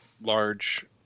large